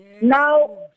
Now